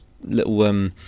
little